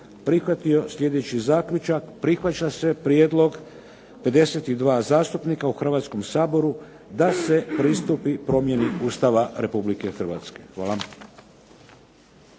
prihvatio sljedeći zaključak. Prihvaća se prijedlog 52 zastupnika u Hrvatskom saboru da se pristupi promjeni Ustava Republike Hrvatske. Hvala.